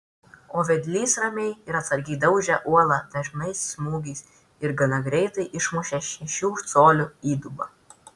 o vedlys ramiai ir atsargiai daužė uolą dažnais smūgiais ir gana greitai išmušė šešių colių įdubą